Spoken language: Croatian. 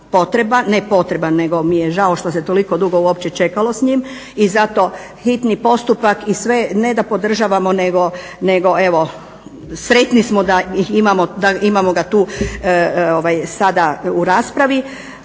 ne potreban nego mi je žao što se toliko dugo uopće čekalo s njim i zato hitni postupak i sve, ne da podržavamo nego evo sretni smo da imamo ga tu sada u raspravi,